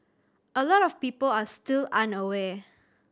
a lot of people are still unaware